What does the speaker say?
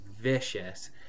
vicious